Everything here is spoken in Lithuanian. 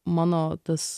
mano tas